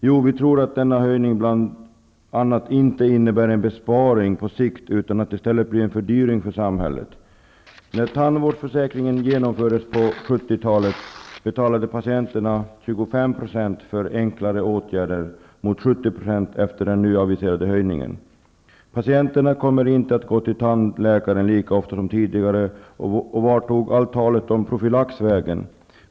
Jo, vi tror att denna höjning inte innebär en besparing på sikt utan att det i stället blir en fördyring för samhället. talet, betalade patienterna 25 % för enklare åtgärder -- mot 70 % efter den nu aviserade höjningen. Patienterna kommer inte att gå till tandläkaren lika ofta som tidigare. Och vart tog allt tal om profylax vägen?